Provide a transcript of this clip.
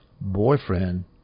boyfriend